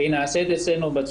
והיא נעשית אצלנו,